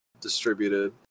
distributed